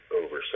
over